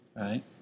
right